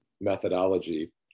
methodology